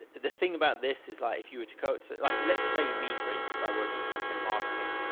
the thing about this is like if you were to coach, like let's say me for instance, i work in content marketing.